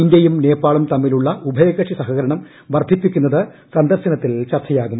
ഇന്ത്യിയും നേപ്പാളും തമ്മിലുള്ള ഉഭയകക്ഷി സഹകരണ്ണക്പ്പർധിപ്പിക്കുന്നത് സന്ദർശനത്തിൽ ചർച്ചയാകും